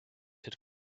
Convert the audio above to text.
had